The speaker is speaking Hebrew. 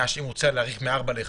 אם הוא רוצה להאריך מ-16:00 ל-17:00,